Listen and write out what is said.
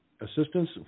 assistance